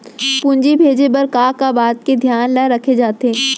पूंजी भेजे बर का का बात के धियान ल रखे जाथे?